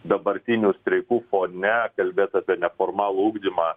dabartinių streikų fone kalbėt apie neformalų ugdymą